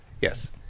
Yes